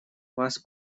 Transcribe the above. вас